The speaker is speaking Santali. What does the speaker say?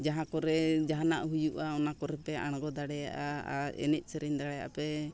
ᱡᱟᱦᱟᱸ ᱠᱚᱨᱮ ᱡᱟᱦᱟᱱᱟᱜ ᱦᱩᱭᱩᱜᱼᱟ ᱚᱱᱟ ᱠᱚᱨᱮ ᱯᱮ ᱟᱬᱜᱚ ᱫᱟᱲᱮᱭᱟᱜᱼᱟ ᱟᱨ ᱮᱱᱮᱡ ᱥᱮᱨᱮᱧ ᱫᱟᱲᱮᱭᱟᱜᱼᱟ ᱯᱮ